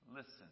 listen